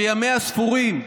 שימיה ספורים,